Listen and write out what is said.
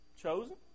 Chosen